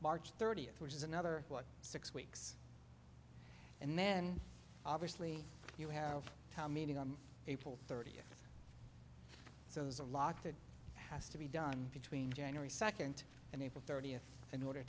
march thirtieth which is another six weeks and then obviously you have town meeting on april thirtieth so there's a lock that has to be done between january second unable thirtieth in order